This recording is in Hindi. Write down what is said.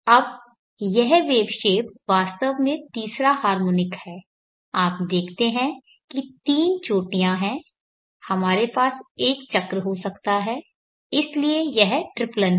अब यह वेवशेप वास्तव में तीसरा हार्मोनिक है आप देखते हैं कि तीन चोटियां हैं हमारे पास एक चक्र हो सकता है इसलिए यह ट्रिप्लन है